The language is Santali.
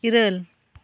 ᱤᱨᱟᱹᱞ